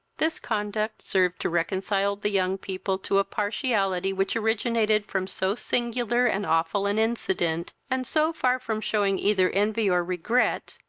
this conduct served to reconcile the young people to a partiality which originated from so singular and awful an incident, and, so far from shewing either envy or regret,